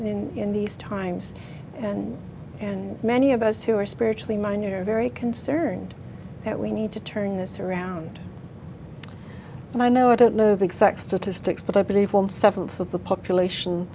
and in these times and and many of us who are spiritually minded are very concerned that we need to turn this around and i know i don't know the exact statistics but i believe one seventh of the population